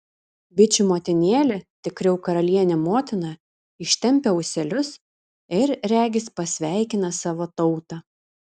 bičių motinėlė tikriau karalienė motina ištempia ūselius ir regis pasveikina savo tautą